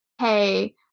hey